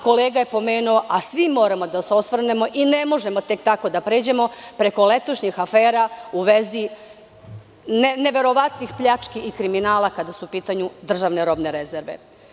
Kolega je pomenuo, a svi moramo da se osvrnemo i ne možemo tek tako da pređemo preko letošnjih afera u vezi neverovatnih pljački i kriminala kada su u pitanju državne robne rezerve.